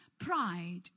pride